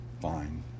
Fine